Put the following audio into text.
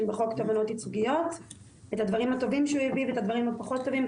בחוק תובענות ייצוגיות; את הדברים הטובים והפחות טובים שהוא הביא,